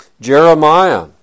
Jeremiah